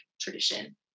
tradition